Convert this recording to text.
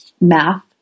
math